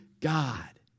God